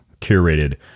curated